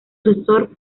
sucesor